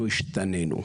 אנחנו השתנינו.